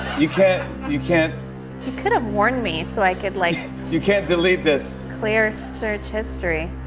you can't you can't you could have warned me so i could, like. you can't delete this. clear search history.